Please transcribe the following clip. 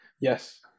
Yes